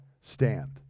stand